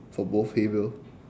uh both hay bale